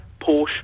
Porsche